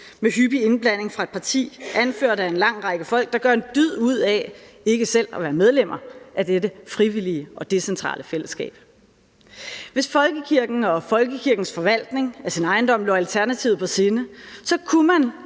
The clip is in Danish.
med hyppig indblanding fra et parti anført af en lang række folk, der gør en dyd ud af ikke selv at være medlemmer af dette frivillige og decentrale fællesskab. Hvis folkekirken og folkekirkens forvaltning af sin ejendom lå Alternativet på sinde, kunne man,